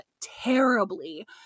terribly